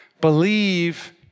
believe